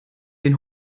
den